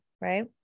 Right